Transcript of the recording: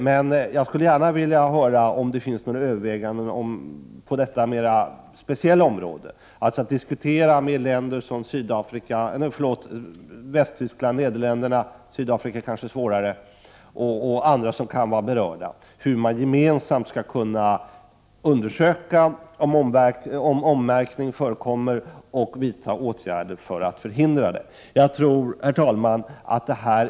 Men jag skulle gärna vilja höra om det finns några överväganden om kontakter på detta mer speciella område, alltså när det gäller att diskutera med länder som Västtyskland, Nederländerna och andra som kan vara berörda, hur man gemensamt skall kunna undersöka om ommärkning förekommer och vidta åtgärder för att förhindra ommärkning. Sydafrika kan det kanske vara svårare att diskutera med. Herr talman!